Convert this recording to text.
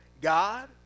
God